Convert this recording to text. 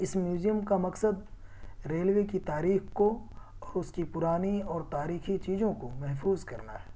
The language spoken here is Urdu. اس میوزیم کا مقصد ریل وے کی تاریخ کو اور اس کی پرانی اور تاریخی چیزوں کو محفوظ کرنا ہے